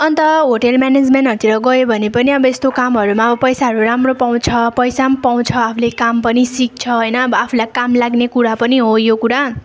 अन्त होटेल म्यानेजमेन्टहरूतिर गयो भने पनि अब यस्तो कामहरूमा पैसाहरू राम्रो पाउँछ पैसा पनि पाउँछ आफूले काम पनि सिक्छ होइन अब आफूलाई काम लाग्ने कुरा पनि हो यो कुरा